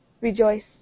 rejoice